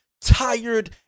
tired